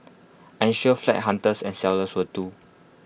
I am sure flat hunters and sellers will too